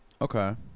Okay